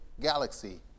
galaxy